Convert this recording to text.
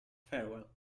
farewell